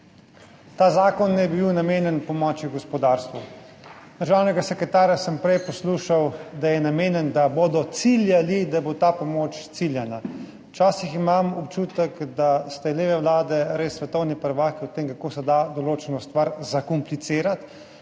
Ta zakon je bil namenjen pomoči gospodarstvu. Državnega sekretarja sem prej poslušal, da je namenjen temu, da bo ta pomoč ciljana. Včasih imam občutek, da ste leve vlade res svetovni prvaki v tem, kako se da določeno stvar zakomplicirati